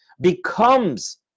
becomes